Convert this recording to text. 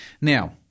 Now